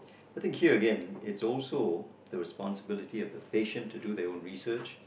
I think here again it's also the responsibility of the patient to do their own research